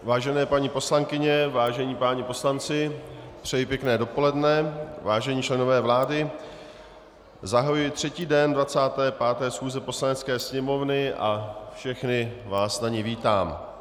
Vážené paní poslankyně, vážení páni poslanci, přeji pěkné dopoledne, vážení členové vlády, zahajuji třetí den 25. schůze Poslanecké sněmovny a všechny vás na ní vítám.